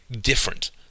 different